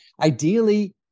Ideally